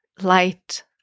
light